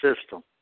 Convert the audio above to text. system